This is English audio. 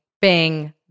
bing